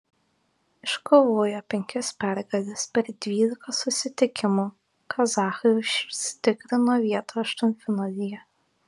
iškovoję penkias pergales per dvylika susitikimų kazachai užsitikrino vietą aštuntfinalyje